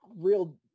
real